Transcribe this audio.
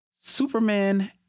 Superman